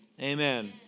Amen